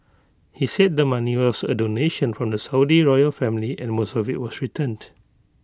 he said the money was A donation from the Saudi royal family and most of IT was returned